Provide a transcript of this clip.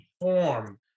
form